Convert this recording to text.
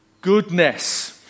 goodness